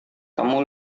kamu